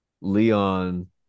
leon